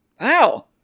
wow